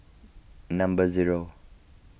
number zero